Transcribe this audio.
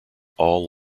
all